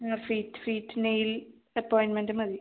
ആ feet feet nail appointment മതി